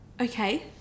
Okay